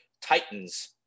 Titans